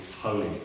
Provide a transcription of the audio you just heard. Holy